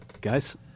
guys